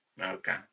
okay